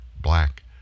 black